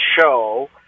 show